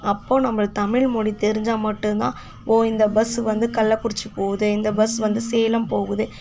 அப்போது நம்ம தமிழ்மொழி தெரிஞ்சால் மட்டும் தான் ஓ இந்த பஸ் வந்து கள்ளக்குறிச்சி போகுது இந்த பஸ் வந்து சேலம் போகுது